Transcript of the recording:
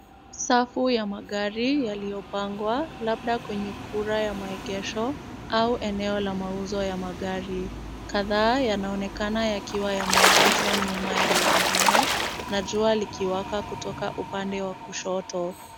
Safu ya magari yaliopangwa labda kwenye kura ya maegesho au eneo la mauzo ya magari. Kadhaa yanaonekana yakiwa yameegeshwa nyuma ya lingine na jua likiwaka katika upande wa kushoto.